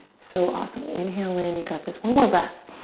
so awesome. inhale in, you got this. one more breath.